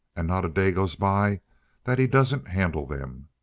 and not a day goes by that he doesn't handle them.